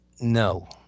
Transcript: No